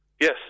Yes